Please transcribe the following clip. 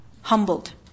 humbled